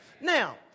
Now